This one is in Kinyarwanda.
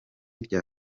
rya